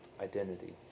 identity